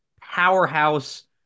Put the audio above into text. powerhouse